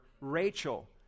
Rachel